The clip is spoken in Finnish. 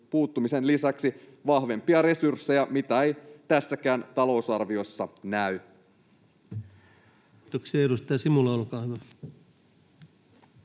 puuttumisen lisäksi vahvempia resursseja, mitä ei tässäkään talousarviossa näy. Kiitoksia. — Edustaja Simula, olkaa hyvä.